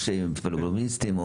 פלבוטומיסטים,